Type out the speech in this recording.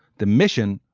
the mission,